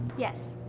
yes.